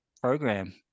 program